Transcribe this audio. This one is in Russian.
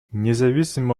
независимо